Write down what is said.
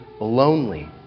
lonely